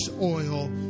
oil